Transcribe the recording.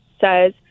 says